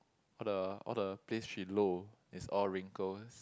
all the all the place she low is all wrinkles